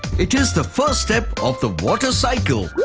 it is the first step of the water cycle.